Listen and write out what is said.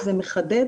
שזה מחדד